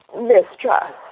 mistrust